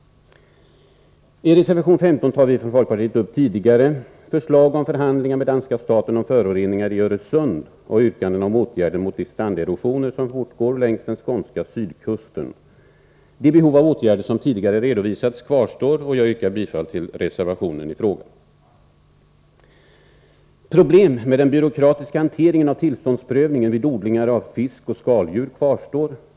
I reservation 15 tar vi från folkpartiet upp tidigare förslag om förhandlingar med danska staten om föroreningarna i Öresund och yrkanden om åtgärder mot de stranderosioner som fortgår längs den skånska sydkusten. Det behov av åtgärder som tidigare redovisats kvarstår, och jag yrkar bifall till reservationen i frågan. Problemen med den byråkratiska hanteringen av tillståndsprövningen vid odling av fisk och skaldjur kvarstår.